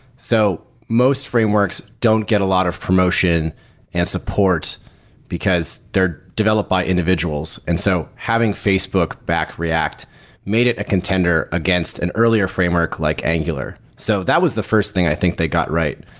so most frameworks don't get a lot of promotion and support because they're developed by individuals. and so having facebook back react made it a contender against an earlier framework like angular. so that was the first thing i think they got right.